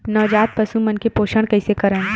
नवजात पशु मन के पोषण कइसे करन?